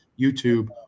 YouTube